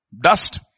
dust